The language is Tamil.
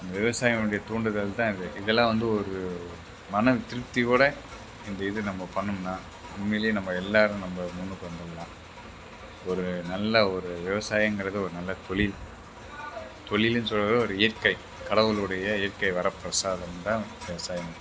விவசாயினுடைய தூண்டுதல் தான் இது இதெல்லாம் வந்து ஒரு மன திருப்தியோடு இந்த இது நம்ம பண்ணினோம்னா உண்மையிலேயே நம்ம எல்லாேரும் நம்ம முன்னுக்கு வந்துடலாம் ஒரு நல்ல ஒரு விவசாயங்கிறது ஒரு நல்ல தொழில் தொழிலுன் சொல்கிறத விட ஒரு இயற்கை கடவுளுடைய இயற்கை வரப்பிரசாதம் தான் விவசாயம்